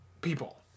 people